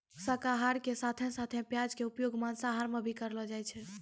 शाकाहार के साथं साथं प्याज के उपयोग मांसाहार मॅ भी करलो जाय छै